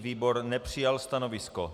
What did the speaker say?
Výbor nepřijal stanovisko.